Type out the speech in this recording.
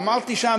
אמרתי שם,